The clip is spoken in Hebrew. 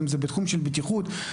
הבטיחות,